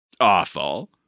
awful